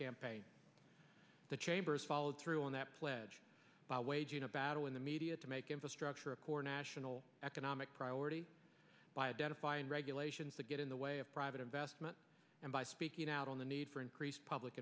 campaign the chamber's follow through on that pledge by waging a battle in the media to make infrastructure a core national economic priority by a data file and regulations that get in the way of private investment and by speaking out on the need for increased public